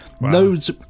Loads